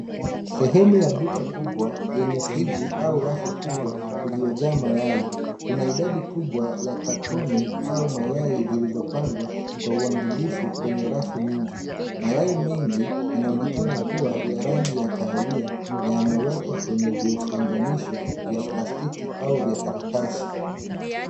Sehemu ya duka kubwa yenye friji ua rafu kubwa iliyojaa mayai. Kuna idadi kubwa ya katoni au mayai zilizopangwa kwa uangalifu kwenye rafu nyingi. Mayai mengi yanaonekana kua ya rangi ya kahawia na yamewekwa kwenye vifunganisho vya plastiki au vya karatasi.